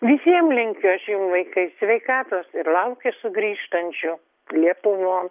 visiem linkiu aš jum vaikai sveikatos ir laukiu sugrįžtančių lietuvon